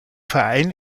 verein